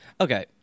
Okay